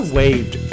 waved